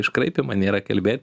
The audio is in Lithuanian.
tiek iškraipymą nėra kalbėt